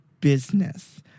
business